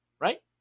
right